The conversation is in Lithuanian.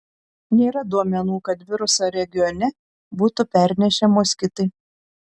nėra duomenų kad virusą regione būtų pernešę moskitai